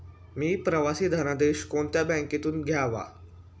मी प्रवासी धनादेश कोणत्या बँकेतून घ्यावा?